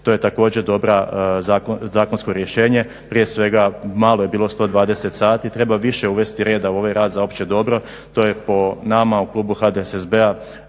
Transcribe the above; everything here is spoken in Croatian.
to je također dobro zakonsko rješenje. Prije svega malo je bilo 120 sati, treba više uvesti reda za ovaj rad za opće dobro. To je po nama u klubu HDSSB-a